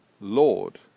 Lord